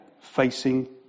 facing